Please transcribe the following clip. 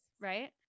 right